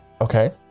Okay